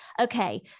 okay